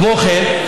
כמו כן,